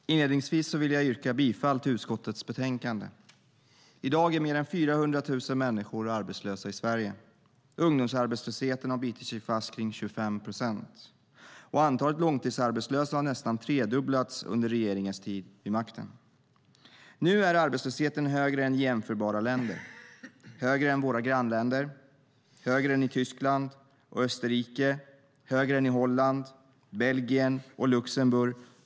Fru talman! Inledningsvis vill jag yrka bifall till förslaget i utskottets betänkande. I dag är mer än 400 000 människor arbetslösa i Sverige. Ungdomsarbetslösheten har bitit sig fast kring 25 procent. Och antalet långtidsarbetslösa har nästan tredubblats under regeringens tid vid makten. Nu är arbetslösheten högre än i jämförbara länder. Den är högre än i våra grannländer. Den är högre än i Tyskland och Österrike. Den är högre än i Holland, Belgien och Luxemburg.